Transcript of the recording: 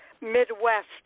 Midwest